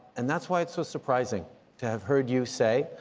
and that's why it's so surprising to have heard you say,